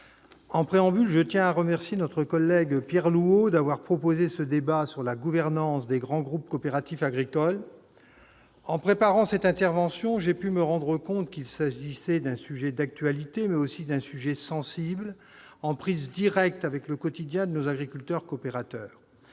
en préambule, je tiens à remercier notre collègue Pierre Louault d'avoir proposé ce débat sur la gouvernance des grands groupes coopératifs agricoles. En préparant cette intervention, j'ai pu me rendre compte qu'il s'agissait d'un sujet d'actualité, mais aussi d'un sujet sensible, en prise directe avec le quotidien de nos agriculteurs coopérateurs.